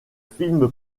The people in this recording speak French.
film